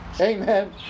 Amen